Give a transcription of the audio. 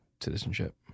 citizenship